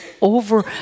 over